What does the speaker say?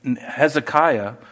Hezekiah